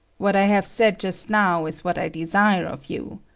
what i have said just now is what i desire of you.